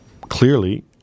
clearly